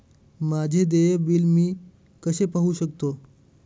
माझे देय बिल मी कसे पाहू शकतो?